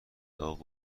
داغ